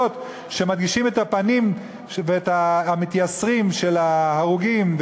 שמדגישות את הפנים המתייסרים של ההרוגים?